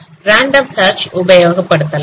random search உபயோகப்படுத்தலாம்